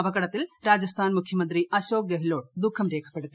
അപകടത്തിൽ രാജസ്ഥാൻ മുഖ്യമന്ത്രി അശോക് ഗെഹ് ലോട്ട് ദുഖം രേഖപ്പെടുത്തി